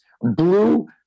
blue